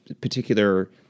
particular